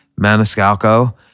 Maniscalco